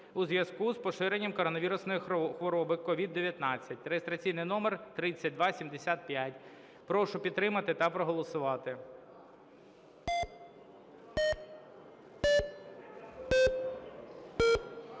у зв'язку з поширенням коронавірусної хвороби (COVID-2019) (реєстраційний номер 3275). Прошу підтримати та проголосувати.